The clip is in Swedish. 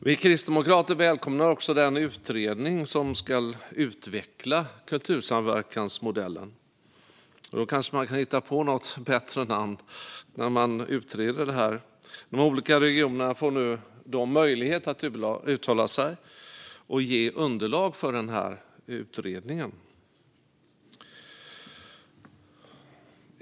Vi kristdemokrater välkomnar också den utredning som ska utveckla kultursamverkansmodellen. Då kanske man kan hitta på något bättre namn när man utreder detta. De olika regionerna får nu möjlighet att uttala sig och ge underlag för utredningen.